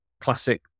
classic